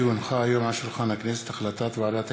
כי הונחה היום על שולחן הכנסת החלטת ועדת